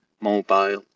mobile